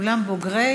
כולם בוגרי